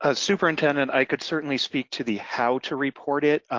ah superintendent, i could certainly speak to the how to report it.